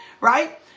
right